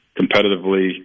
competitively